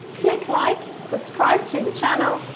click like, subscribe to the channel,